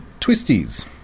twisties